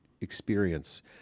experience